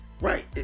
Right